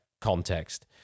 context